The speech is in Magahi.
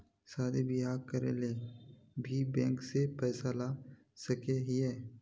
शादी बियाह करे ले भी बैंक से पैसा ला सके हिये?